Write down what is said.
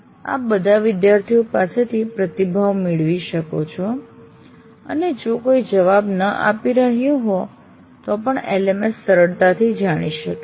આપ બધા વિદ્યાર્થીઓ પાસેથી પ્રતિભાવ મેળવી શકો છો અને જો કોઈ જવાબ ન આપી રહ્યું હોય તો પણ LMS સરળતાથી જાણી શકે છે